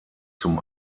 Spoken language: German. zum